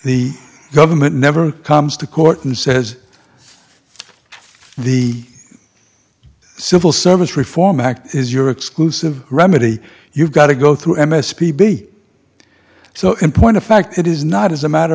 the government never comes to court and says the civil service reform act is your exclusive remedy you've got to go through m s p b so in point of fact it is not as a matter